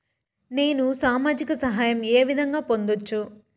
నేను సామాజిక సహాయం వే విధంగా పొందొచ్చు?